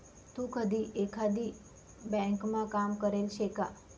तू कधी एकाधी ब्यांकमा काम करेल शे का?